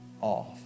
off